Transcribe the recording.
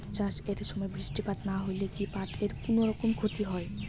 পাট চাষ এর সময় বৃষ্টিপাত না হইলে কি পাট এর কুনোরকম ক্ষতি হয়?